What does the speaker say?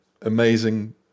Amazing